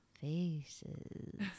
Faces